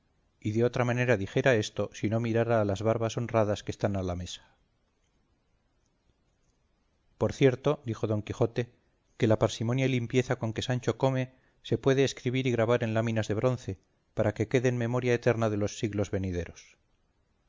y de otra manera dijera esto si no mirara a las barbas honradas que están a la mesa por cierto dijo don quijote que la parsimonia y limpieza con que sancho come se puede escribir y grabar en láminas de bronce para que quede en memoria eterna de los siglos venideros